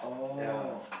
ya